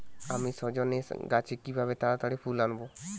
আমি সজনে গাছে কিভাবে তাড়াতাড়ি ফুল আনব?